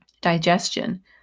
Digestion